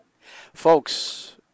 Folks